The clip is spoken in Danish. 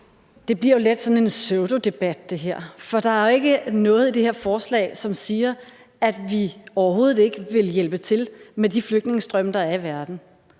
her bliver jo let sådan en pseudodebat, for der er jo ikke noget i det her forslag, som siger, at vi overhovedet ikke vil hjælpe til med de flygtningestrømme, der er i verden.